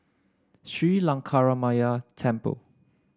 Sri Lankaramaya Temple